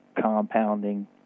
compounding